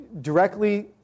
directly